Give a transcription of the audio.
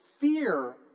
fear